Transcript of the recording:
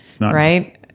right